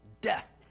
death